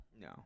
No